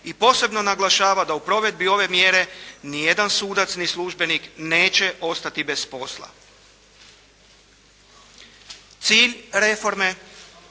i posebno naglašava da u provedbi ove mjere niti jedan sudac niti službenik neće ostati bez posla. Cilj reforme